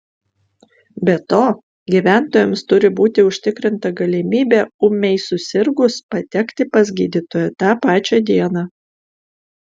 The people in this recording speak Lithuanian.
be to gyventojams turi būti užtikrinta galimybė ūmiai susirgus patekti pas gydytoją tą pačią dieną